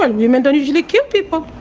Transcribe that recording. and women don't usually kill people.